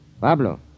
Pablo